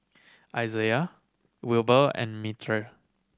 Izaiah Wilber and Mirtie